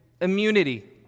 immunity